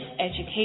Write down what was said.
education